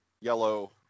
yellow